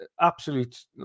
absolute